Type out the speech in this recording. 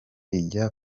ijya